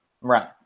right